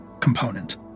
component